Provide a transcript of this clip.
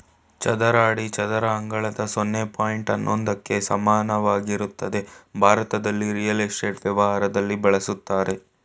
ಚದರ ಅಡಿ ಚದರ ಅಂಗಳದ ಸೊನ್ನೆ ಪಾಯಿಂಟ್ ಹನ್ನೊಂದಕ್ಕೆ ಸಮಾನವಾಗಿರ್ತದೆ ಭಾರತದಲ್ಲಿ ರಿಯಲ್ ಎಸ್ಟೇಟ್ ವ್ಯವಹಾರದಲ್ಲಿ ಬಳುಸ್ತರೆ